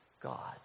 God